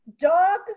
dog